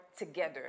together